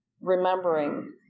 remembering